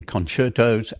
concertos